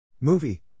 movie